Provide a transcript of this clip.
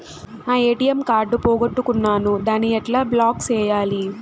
నా ATM card పోగొట్టుకున్నాను, దాన్ని ఎట్లా బ్లాక్ సేయాలి?